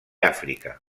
àfrica